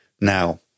now